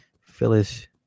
Phyllis